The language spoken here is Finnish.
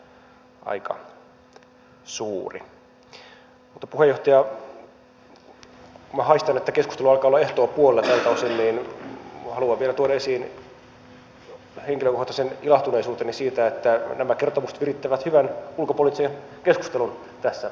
mutta puheenjohtaja minä haistan että keskustelu alkaa olla ehtoopuolella tältä osin ja minä haluan vielä tuoda esiin henkilökohtaisen ilahtuneisuuteni siitä että nämä kertomukset virittävät hyvän ulkopoliittisen keskustelun tässä salissa